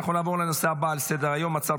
אנחנו נעבור לנושא הבא על סדר היום: הצעת